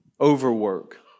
Overwork